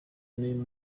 n’uyu